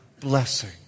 blessing